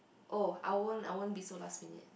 oh I won't I won't be so last minute